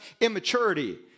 immaturity